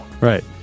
right